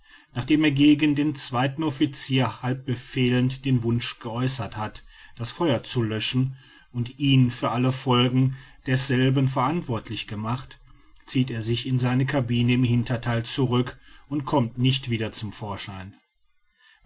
nachdem er gegen den zweiten officier halb befehlend den wunsch geäußert hat das feuer zu löschen und ihn für alle folgen desselben verantwortlich gemacht zieht er sich in seine cabine im hintertheil zurück und kommt nicht wieder zum vorschein